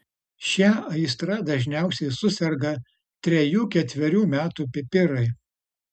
šia aistra dažniausiai suserga trejų ketverių metų pipirai